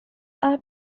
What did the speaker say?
are